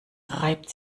reibt